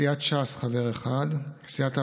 סיעת ש"ס, חבר אחד, סיעת העבודה-מרצ,